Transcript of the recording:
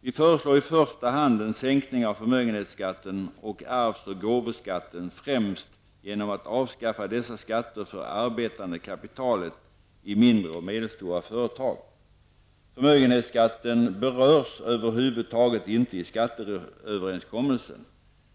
Vi föreslår i första hand en sänkning av förmögenhetsskatten och arvs och gåvoskatten, främst genom att avskaffa dessa skatter för det arbetande kapitalet i mindre och medelstora företag. Förmögenhetsskatten berörs över huvud taget inte av skatteöverenskommelsen.